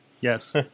Yes